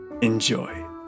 Enjoy